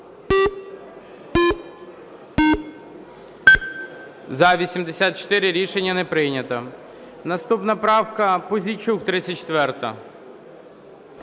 За-84 Рішення не прийнято. Наступна правка. Пузійчук, 34-а.